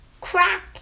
crack